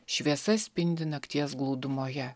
šviesa spindi nakties glūdumoje